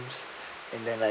and then like